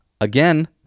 again